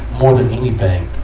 more than anything,